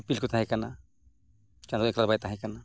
ᱤᱯᱤᱞ ᱠᱚ ᱛᱟᱦᱮᱸ ᱠᱟᱱᱟ ᱪᱟᱸᱫᱳ ᱮᱠᱞᱟ ᱵᱟᱭ ᱛᱟᱦᱮᱸ ᱠᱟᱱᱟ